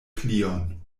plion